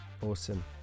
Awesome